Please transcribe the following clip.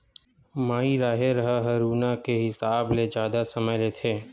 माई राहेर ह हरूना के हिसाब ले जादा समय लेथे